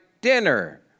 dinner